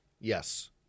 Yes